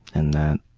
and